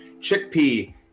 Chickpea